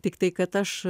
tiktai kad aš